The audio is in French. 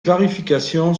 clarification